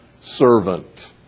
servant